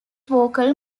vocal